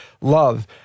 love